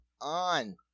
on